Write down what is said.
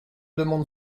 demande